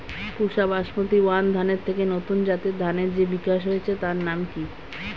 পুসা basmati one ধানের থেকে নতুন জাতের ধানের যে বিকাশ হয়েছে তার নাম কি?